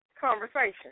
conversation